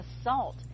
assault